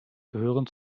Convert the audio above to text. gehören